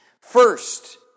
First